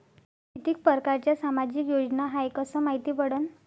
कितीक परकारच्या सामाजिक योजना हाय कस मायती पडन?